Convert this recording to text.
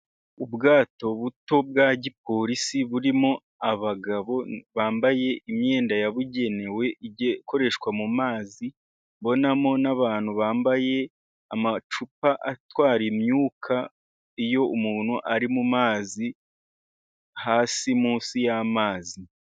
Ubwato buto bwa gipolisi burimo abagabo bambaye imyenda yabugenewe ijya ikoreshwa mu mazi, mbonamo n'abantu bambaye amacupa atwara imyuka iyo umuntu ari mumazi hasi munsi y'amazi.